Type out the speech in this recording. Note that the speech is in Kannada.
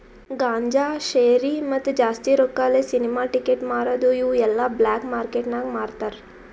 ಗಾಂಜಾ, ಶೇರಿ, ಮತ್ತ ಜಾಸ್ತಿ ರೊಕ್ಕಾಲೆ ಸಿನಿಮಾ ಟಿಕೆಟ್ ಮಾರದು ಇವು ಎಲ್ಲಾ ಬ್ಲ್ಯಾಕ್ ಮಾರ್ಕೇಟ್ ನಾಗ್ ಮಾರ್ತಾರ್